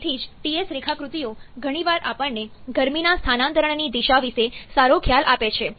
તેથી જ Ts રેખાકૃતિઓ ઘણીવાર આપણને ગરમીના સ્થાનાંતરણની દિશા વિશે સારો ખ્યાલ આપે છે